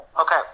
Okay